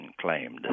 claimed